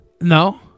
No